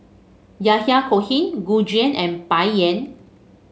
Yahya Cohen Gu Juan and Bai Yan